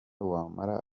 wamara